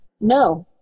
No